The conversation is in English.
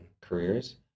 careers